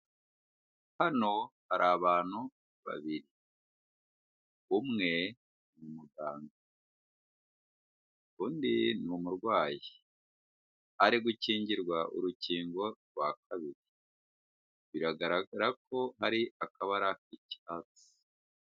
Hano hari abantu babiri, umwe ni muganga, undi ni umurwayi, ari gukingirwa urukingo rwa kabiri, biragaragara ko hari akabara k'icyatsi.